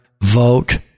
vote